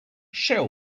shell